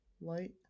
light